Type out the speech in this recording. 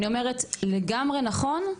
וזה לגמרי נכון,